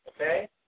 okay